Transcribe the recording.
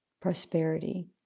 prosperity